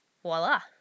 voila